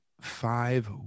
five